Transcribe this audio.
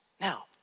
Now